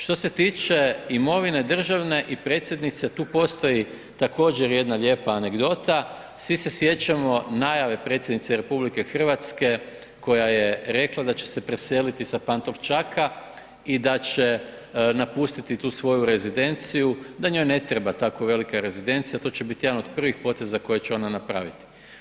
Što se tiče imovine državne i predsjednice, tu postoji također jedna lijepa anegdota, svi se sjećamo najave predsjednice RH koja je rekla da će se preseliti sa Pantovčaka i da će napustiti tu svoju rezidenciju, da njoj ne treba tako velika rezidencija, to će biti jedan od prvih poteza koje će ona napraviti.